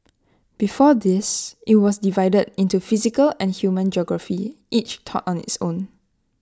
before this IT was divided into physical and human geography each taught on its own